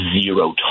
zero